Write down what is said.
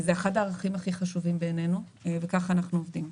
זה אחד הערכים הכי חשובים בעינינו וכך אנחנו עובדים.